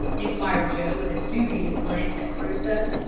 inquired joe, with a dubious glance at crusoe.